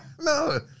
No